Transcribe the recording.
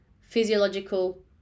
physiological